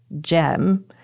gem